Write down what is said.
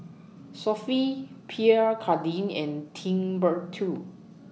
Sofy Pierre Cardin and Timbuk two